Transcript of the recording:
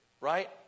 Right